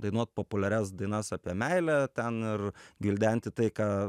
dainuot populiarias dainas apie meilę ten ir gvildenti tai ką